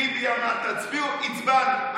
ביבי אמר "תצביעו" הצבענו.